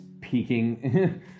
peeking